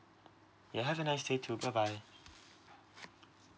yeah have a nice day too bye bye